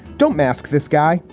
don't mask this guy.